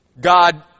God